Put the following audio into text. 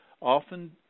often